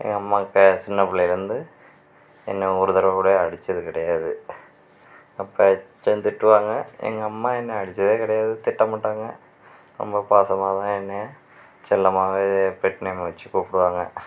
எங்கள் அம்மா சின்ன பிள்ளையிலேர்ந்து என்னை ஒரு தடவை கூட அடித்தது கிடையாது அப்பாவாச்சும் திட்டுவாங்க எங்கள் அம்மா என்ன அடித்ததே கிடையாது திட்டமாட்டாங்க ரொம்ப பாசமாக தான் என்னை செல்லமாகவே பெட் நேம் வச்சு கூப்பிடுவாங்க